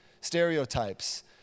stereotypes